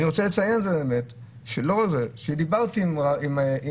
אני רוצה לציין שדיברתי עם רב הכותל,